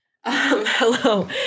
Hello